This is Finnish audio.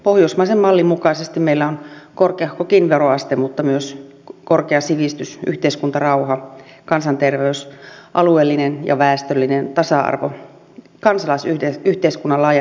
pohjoismaisen mallin mukaisesti meillä on korkeahkokin veroaste mutta myös korkea sivistys yhteiskuntarauha kansanterveys alueellinen ja väestöllinen tasa arvo kansalaisyhteiskunnan laajat mahdollisuudet